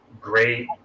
Great